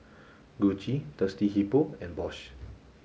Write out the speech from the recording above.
Gucci Thirsty Hippo and Bosch